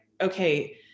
okay